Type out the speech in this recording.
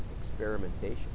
experimentation